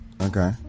Okay